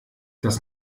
das